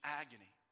agony